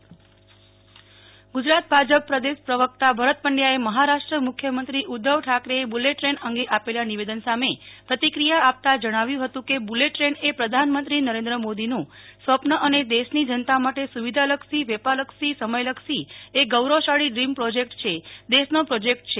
Nehal Thakkar bullet train Gujarat Bhajap પ્રદેશ પ્રવકતા ભરત પંડયાએ મહારાષ્ટ્ર મુખ્યમંત્રી ઉદ્વવ ઠાકરે બુલેટ ટ્રેન અંગે આપેલા નિવેદન સામે પ્રતિક્રિયા આપતાં જણાવ્યું હતું કે બુલેટટ્રેન એ પ્રધાનમંત્રી નરેન્દ્રભાઈમોદીનું સ્વપ્ર અને દેશની જનતા માટે સુવિધાલક્ષી વેપારલક્ષી સમયલક્ષી એક ગોરવશાળી ડ્રીમ પ્રોજકેટ છે દેશનો પ્રોજેકટ છે